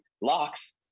locks